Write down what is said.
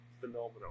phenomenal